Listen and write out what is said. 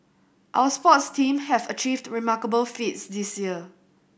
our sports teams have achieved remarkable feats this year